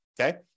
okay